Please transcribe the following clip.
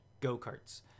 go-karts